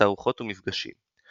תערוכות ומפגשים.